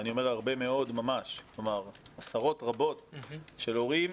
ואני אומר הרבה מאוד ממש עשרות רבות של הורים,